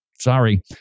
sorry